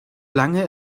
lange